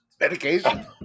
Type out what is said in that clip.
medication